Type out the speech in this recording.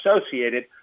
associated